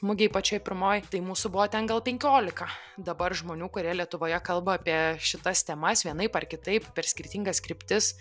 mugėj pačioj pirmoj tai mūsų buvo ten gal penkiolika dabar žmonių kurie lietuvoje kalba apie šitas temas vienaip ar kitaip per skirtingas kryptis